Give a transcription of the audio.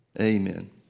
Amen